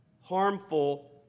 harmful